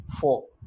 four